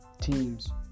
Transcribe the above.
teams